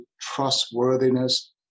trustworthiness